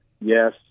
yes